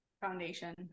Foundation